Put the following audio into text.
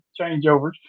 changeovers